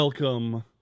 Welcome